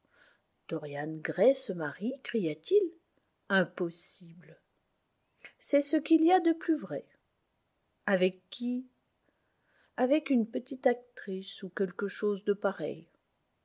dorian gray se marie cria-t-il impossible c'est ce qu'il y a de plus vrai avec qui avec une petite actrice ou quelque chose de pareil